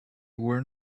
were